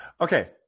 Okay